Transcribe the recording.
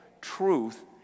truth